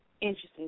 interesting